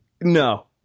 No